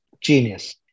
genius